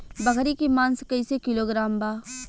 बकरी के मांस कईसे किलोग्राम बा?